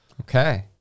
Okay